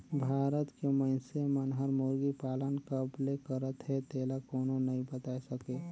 भारत के मइनसे मन हर मुरगी पालन कब ले करत हे तेला कोनो नइ बताय सके